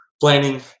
planning